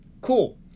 Cool